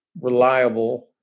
reliable